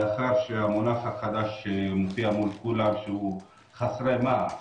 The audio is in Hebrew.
לאחר שהמונח החדש מופיע מול כולם, שהם חסרי מעש,